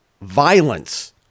violence